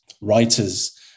writers